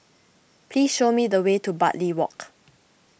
please show me the way to Bartley Walk